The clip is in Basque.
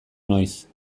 noiz